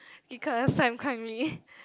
because I'm currently